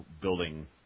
building